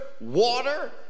water